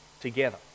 together